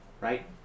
right